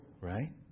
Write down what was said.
Right